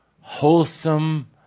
wholesome